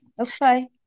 okay